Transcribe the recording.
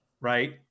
right